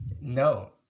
no